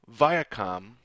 Viacom